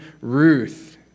Ruth